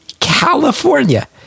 california